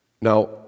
Now